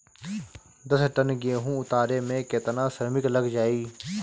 दस टन गेहूं उतारे में केतना श्रमिक लग जाई?